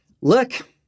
look